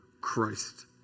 Christ